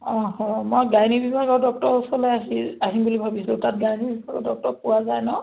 অঁ হয় মই গাইনী বিভাগৰ ডক্তৰৰ ওচৰলৈ আহি আহিম বুলি ভাবিছোঁ তাত গাইনী বিভাগৰ ডক্তৰ পোৱা যায় ন